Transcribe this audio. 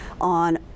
on